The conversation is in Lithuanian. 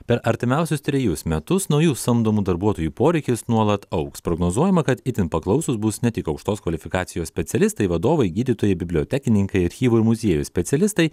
per artimiausius trejus metus naujų samdomų darbuotojų poreikis nuolat augs prognozuojama kad itin paklausūs bus ne tik aukštos kvalifikacijos specialistai vadovai gydytojai bibliotekininkai archyvų ir muziejų specialistai